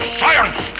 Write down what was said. science